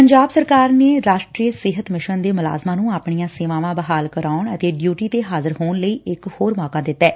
ਪੰਜਾਬ ਸਰਕਾਰ ਨੇ ਰਾਸ਼ਟਰੀ ਸਿਹਤ ਮਿਸ਼ਨ ਦੇ ਮੁਲਾਜ਼ਮਾਂ ਨੂੰ ਆਪਣੀਆਂ ਸੇਵਾਵਾਂ ਬਹਾਲ ਕਰਾਉਣ ਅਤੇ ਡਿਉਟੀ ਤੇ ਹਾਜ਼ਰ ਹੋਣ ਲਈ ਇਕ ਹੋਰ ਮੌਕਾ ਦਿੱਤੈ